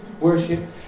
worship